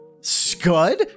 Scud